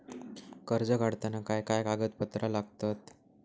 कर्ज काढताना काय काय कागदपत्रा लागतत?